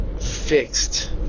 fixed